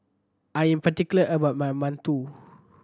I'm particular about my mantou